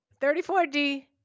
34D